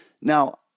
Now